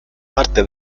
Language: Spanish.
parte